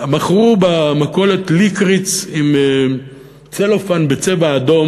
מכרו במכולת ליקריץ עם צלופן בצבע אדום.